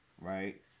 right